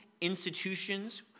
institutions